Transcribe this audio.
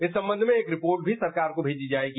इस संबंध में एक रिपोर्ट भी सरकार को मैजी जाएगी